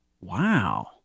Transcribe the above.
Wow